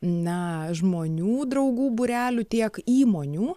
na žmonių draugų būrelių tiek įmonių